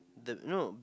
the no